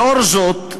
לאור זאת,